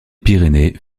pyrénées